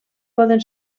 poden